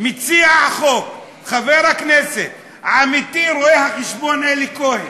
מציע החוק, חבר הכנסת עמיתי רואה-החשבון אלי כהן,